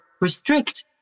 restrict